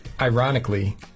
ironically